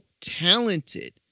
talented